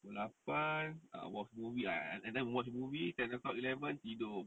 pukul lapan ah watch movie and and then watch movie ten o'clock eleven tidur